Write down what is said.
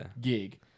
gig